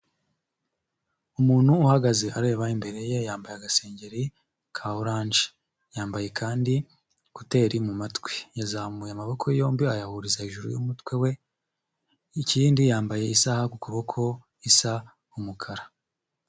Umuntu uhagaze areba imbere ye yambaye agasengeri ka oranje. Yambaye kandi ekuteri mu mumatwi, yazamuye amaboko yombi ayahuriza hejuru y'umutwe we, ikindi yambaye isaha ku kuboko isa umukara.